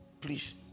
please